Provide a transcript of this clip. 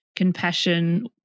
compassion